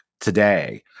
today